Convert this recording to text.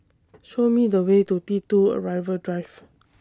Show Me The Way to T two Arrival Drive